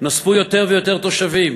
נוספו יותר ויותר תושבים,